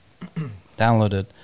downloaded